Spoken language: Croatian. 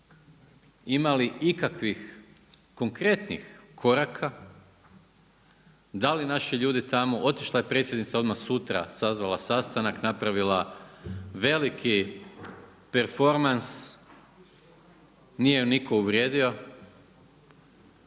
Ima li ikakvih konkretnih koraka? Da li naši ljudi tamo, otišla je predsjednica odmah sutra, sazvala sastanak, napravila veliki performans. Nije ju nitko uvrijedio.